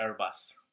airbus